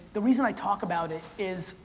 the reason i talk about it is,